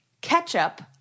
ketchup